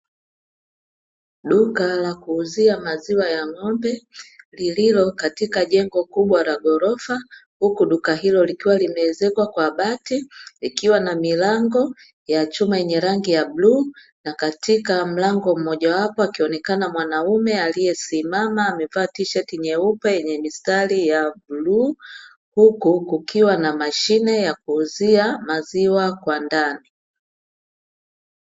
Duka la kuuzia maziwa ya ng'ombe lililo katika jengo kubwa la ghorofa, huku duka hilo likiwa limeezekwa kwa bati, ikiwa na milango ya chuma yenye rangi ya bluu na katika mlango mmojawapo akionekana mwanaume aliyesimama amevaa tisheti nyeupe yenye mistari ya bluu, huku kukiwa na mashine ya kuuzia maziwa kwa ndani.